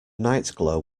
nightglow